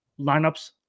lineups